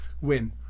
win